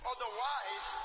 Otherwise